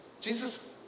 Jesus